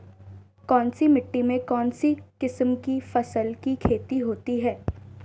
कौनसी मिट्टी में कौनसी किस्म की फसल की खेती होती है?